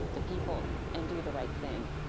the people and do the right thing.